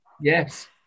Yes